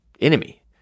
enemy